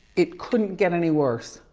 it couldn't get any worse.